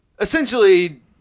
Essentially